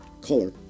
color